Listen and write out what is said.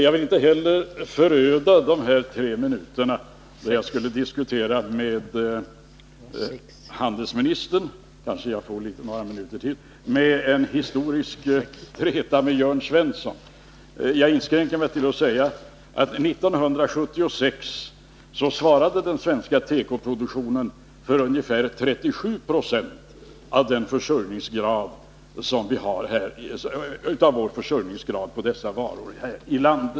Jag vill inte heller föröda de tre minuter som jag avsett att använda för att diskutera med handelsministern — kanske jag får några minuter till — med en historisk träta med Jörn Svensson. Jag inskränker mig till att säga att den svenska produktionen av tekovaror 1976 svarade för ungefär 37 90 av vår försörjningsgrad när det gäller dessa varor.